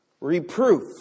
Reproof